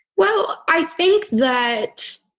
well, i think that